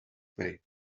pay